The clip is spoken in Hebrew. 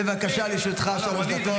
בבקשה, לרשותך שלוש דקות.